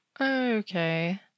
Okay